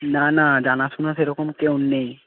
না না জানাশোনা সেরকম কেউ নেই